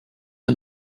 and